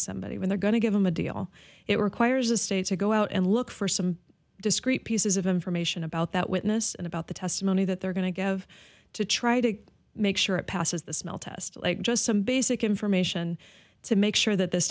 somebody when they're going to give them a deal it requires a state to go out and look for some discreet pieces of information about that witness and about the testimony that they're going to give to try to make sure it passes the smell test like just some basic information to make sure that this